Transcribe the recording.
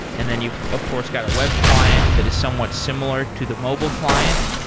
and then you of course got a web client that is somewhat similar to the mobile client.